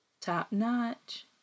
top-notch